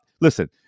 listen